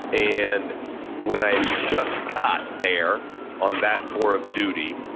and when i had just got there on that tour of duty,